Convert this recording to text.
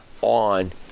On